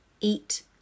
eat